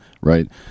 right